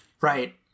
Right